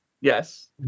Yes